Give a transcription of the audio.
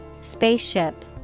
Spaceship